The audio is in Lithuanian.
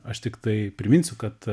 aš tiktai priminsiu kad